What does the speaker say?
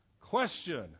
Question